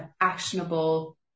actionable